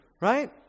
right